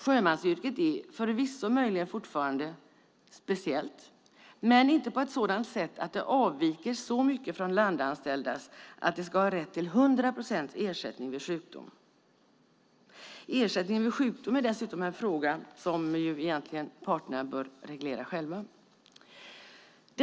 Sjömansyrket är förvisso möjligen fortfarande speciellt, men det avviker inte så mycket från de landanställdas att sjömännen ska ha 100 procents ersättning vid sjukdom. Ersättning vid sjukdom är egentligen också en fråga som parterna bör reglera själva.